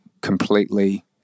completely